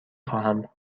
خواهم